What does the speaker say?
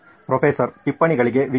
professor ಟಿಪ್ಪಣಿಗಳಿಗೆ wiki